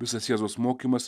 visas jėzaus mokymas